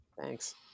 Thanks